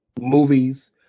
movies